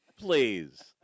Please